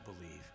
believe